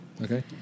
Okay